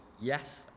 Yes